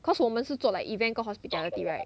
cause 我们是做 like event 跟 hospitality right